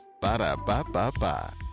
Ba-da-ba-ba-ba